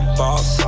boss